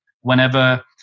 whenever